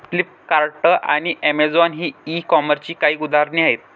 Flipkart आणि Amazon ही e कॉमर्सची काही उदाहरणे आहे